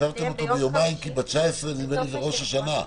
קיצרתם אותו ביומיים כי נדמה לי שב-19 חל ראש השנה.